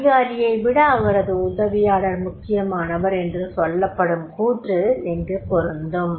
அதிகாரியை விட அவரது உதவியாளர் முக்கியமானவர் என்று சொல்லப்படும் கூற்று இங்கு பொருந்தும்